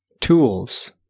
tools